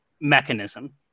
mechanism